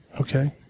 Okay